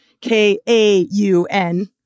k-a-u-n